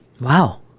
Wow